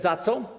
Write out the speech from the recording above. Za co?